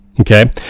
okay